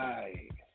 Right